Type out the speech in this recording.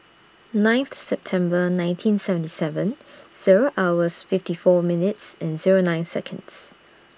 ninth September nineteen seventy seven Zero hours fifty four minutes and Zero nine Seconds